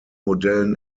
modellen